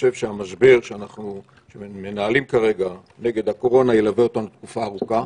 שאנחנו מנהלים כרגע נגד הקורונה תלווה אותנו תקופה ארוכה.